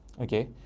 okay